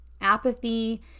apathy